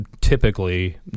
typically